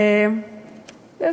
כמה זמן?